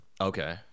Okay